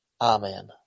Amen